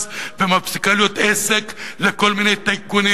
ומפסיקה להיות עסק לכל מיני טייקונים